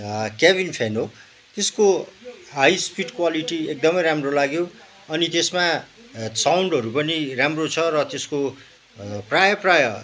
cabin fan हो त्यसको high speed quality एकदमै राम्रो लाग्यो अनि त्यसमा साउन्डहरू पनि राम्रो छ र त्यसको प्रायः प्रायः